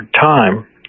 time